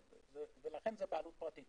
לכן זה בעלות פרטית.